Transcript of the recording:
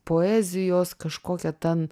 poezijos kažkokia ten